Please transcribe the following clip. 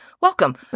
welcome